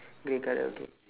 grey colour okay